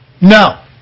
No